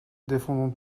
défendons